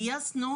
גייסנו,